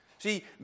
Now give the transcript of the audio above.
See